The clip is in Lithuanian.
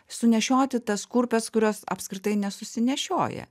sunešioti tas kurpes kurios apskritai nesusinešioja